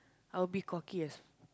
I will be cocky as